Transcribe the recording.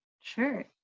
Sure